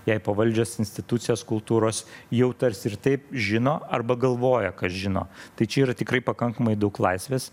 jai pavaldžios institucijos kultūros jau tarsi ir taip žino arba galvoja kas žino tai čia yra tikrai pakankamai daug laisvės